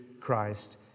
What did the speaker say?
Christ